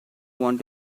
want